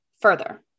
further